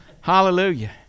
Hallelujah